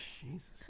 Jesus